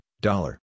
dollar